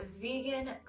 vegan